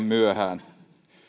myöhään